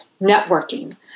networking